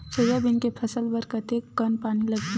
Soybean के फसल बर कतेक कन पानी लगही?